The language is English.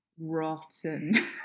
rotten